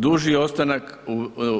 Duži ostanak